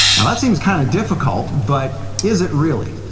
and that seems kind of difficult but is it really.